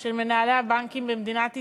של מנהלי הבנקים במדינת ישראל,